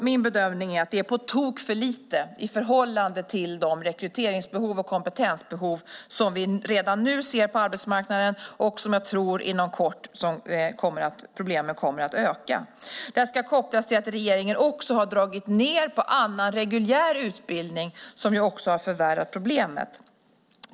Min bedömning är att det är på tok för lite i förhållande till de rekryteringsbehov och kompetensbehov som vi redan nu ser på arbetsmarknaden. Jag tror också att problemen kommer att öka inom kort. Detta ska kopplas till att regeringen också har dragit ned på annan, reguljär, utbildning. Det har förvärrat problemet.